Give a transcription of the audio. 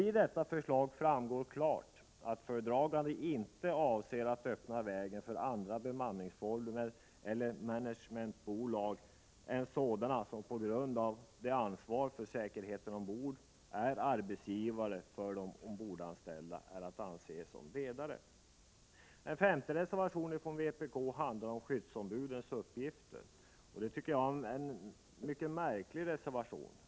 I detta förslag framgår klart att föredraganden inte avser att öppna vägen för andra bemanningsbolag eller managementbolag än sådana som på grund av att de ansvarar för säkerheten ombord är arbetsgivare för de ombordanställda och är att anse som redare. Den femte reservationen från vpk handlar om skyddsombudens uppgifter. Det är en mycket märklig reservation.